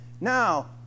Now